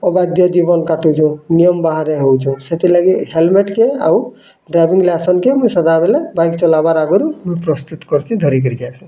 ଅବାଧ୍ୟ୍ ଜୀବନ୍ କାଟୁଛୁ ନିୟମ ବାହାରେ ହଉଛୁ ସେଥି ଲାଗି୍ ହେଲ୍ମେଟ୍ କେ ଆଉ ଡ୍ରାଇଭିଂ ଲାଇସେନ୍ସ କେ ମୁଁ ସଦା ବେଳେ ବାଇକ୍ ଚଲାବାର୍ ଆଗୁରୁ ମୁଁ ପ୍ରସ୍ତୁତ କରିଛି ଧରିକିରି ଆସେ